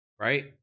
right